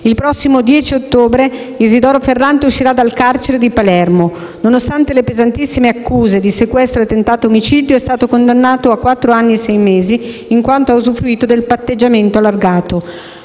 il prossimo 10 ottobre 2017 Isidoro Ferrante uscirà dal carcere di Palermo; Ferrante, nonostante le pesantissime accuse di sequestro e tentato omicidio, è stato condannato a soli 4 anni e 6 mesi, in quanto ha usufruito del patteggiamento allargato;